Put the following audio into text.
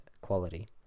quality